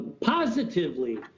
positively